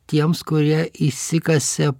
tiems kurie įsikasė